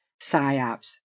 PSYOPs